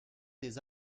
des